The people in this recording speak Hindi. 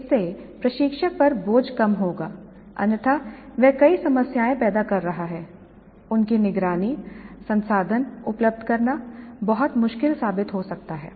इससे प्रशिक्षक पर बोझ कम होगा अन्यथा वह कई समस्याएं पैदा कर रहा है उनकी निगरानी संसाधन उपलब्ध कराना बहुत मुश्किल साबित हो सकता है